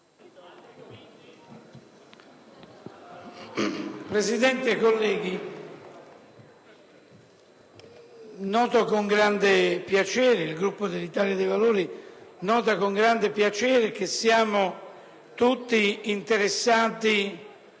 Presidente, colleghi il Gruppo dell'Italia dei Valori nota con grande piacere che siamo tutti interessati